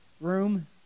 room